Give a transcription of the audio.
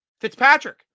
Fitzpatrick